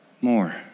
More